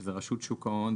שזו רשות שוק ההון,